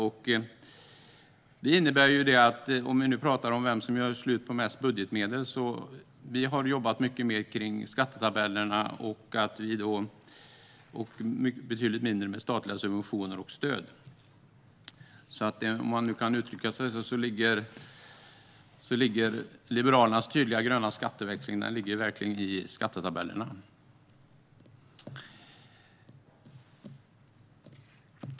Om vi nu talar om vem som gör slut på mest budgetmedel har vi jobbat mycket mer med skattetabellerna och betydligt mindre med statliga subventioner och stöd. Man kan uttrycka det som att Liberalernas tydliga gröna skatteväxling verkligen ligger i skattetabellerna.